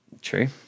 True